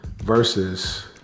Versus